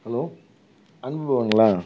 hello அன்பு பவனுங்களா